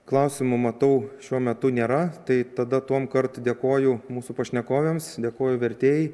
klausimų matau šiuo metu nėra tai tada tuom kart dėkoju mūsų pašnekovėms dėkoju vertėjai